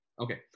Okay